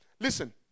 listen